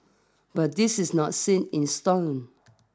but this is not set in stone